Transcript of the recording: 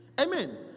Amen